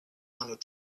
hundred